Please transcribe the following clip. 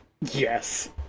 Yes